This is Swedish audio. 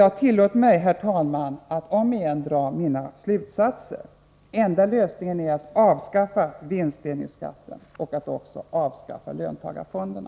Jag tillåter mig, herr talman, att om igen dra min slutsats: Den enda lösningen är att avskaffa vinstdelningsskatten och löntagarfonderna.